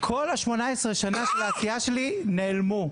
כל 18 השנים של העשייה שלי נעלמו.